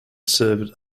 served